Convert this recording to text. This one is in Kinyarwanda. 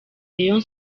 rayon